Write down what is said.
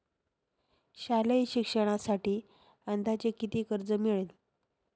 शालेय शिक्षणासाठी अंदाजे किती कर्ज मिळेल?